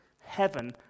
heaven